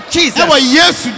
Jesus